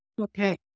Okay